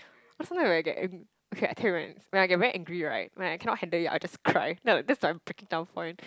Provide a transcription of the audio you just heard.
cause sometimes like when I get ang~ ok I tell you right when I get very angry right when I cannot handle it I'll just cry that's my breaking down point